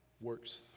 works